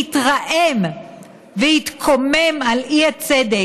שהתרעם והתקומם על האי-צדק,